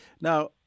Now